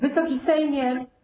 Wysoki Sejmie!